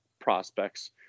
prospects